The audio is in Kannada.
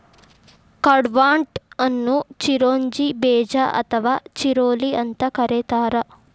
ಕಡ್ಪಾಹ್ನಟ್ ಅನ್ನು ಚಿರೋಂಜಿ ಬೇಜ ಅಥವಾ ಚಿರೋಲಿ ಅಂತ ಕರೇತಾರ